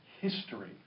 history